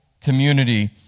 community